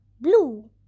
blue